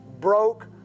broke